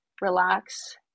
relax